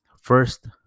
first